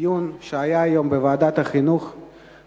דיון שהיה היום בוועדת החינוך